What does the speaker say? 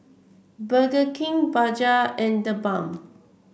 Burger King Bajaj and TheBalm